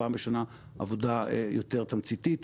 פעם בשנה עבודה יותר תמציתית,